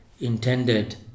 intended